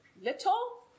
little